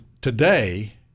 today